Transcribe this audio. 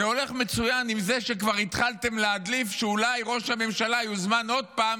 זה הולך מצוין עם זה שכבר התחלתם להדליף שאולי ראש הממשלה יוזמן עוד פעם